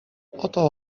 oto